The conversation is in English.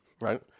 right